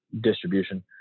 distribution